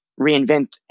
reinvent